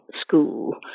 school